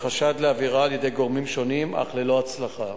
בחשד לעבירה, על-ידי גורמים שונים, אך ללא הצלחה.